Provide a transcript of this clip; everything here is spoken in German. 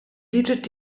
bietet